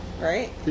right